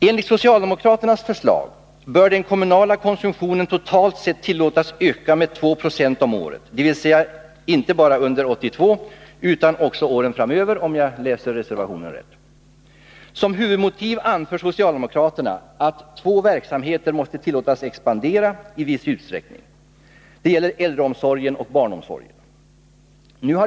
Enligt socialdemokraternas förslag bör den kommunala konsumtionen totalt sett tillåtas öka med 2 26 om året, dvs. inte bara under 1982 utan också åren framöver — om jag läser betänkandet rätt. Som huvudmotiv anför socialdemokraterna att två verksamheter måste tillåtas expandera i viss utsträckning, nämligen äldreomsorgen och barnomsorgen.